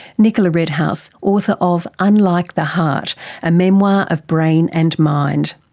nicola redhouse, author of unlike the heart a memoir of brain and mind.